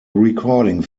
recording